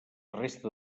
resta